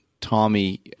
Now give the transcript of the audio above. Tommy